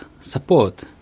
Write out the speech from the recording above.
support